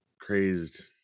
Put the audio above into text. crazed